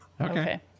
Okay